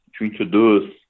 introduce